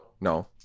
No